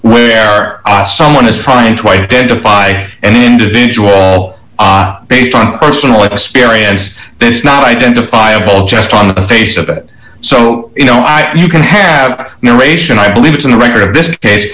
where someone is trying to identify and individual based on personal experience this is not identifiable just on the face of it so you know you can have you know ration i believe it's in the record of this case